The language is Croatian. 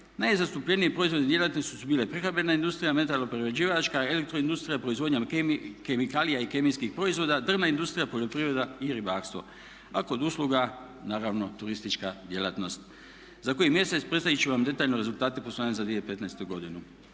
najzastupljeniji proizvodi i djelatnosti su bili prehrambena industrija, metalo-prerađivačka, elektro industrija, proizvodnja kemikalija i kemijskih proizvoda, drvna industrija, poljoprivreda i ribarstvo. A kod usluga naravno turistička djelatnost. Za koji mjesec predstavit ću vam detaljno rezultate poslovanja za 2015.godinu.